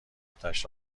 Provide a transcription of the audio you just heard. اتش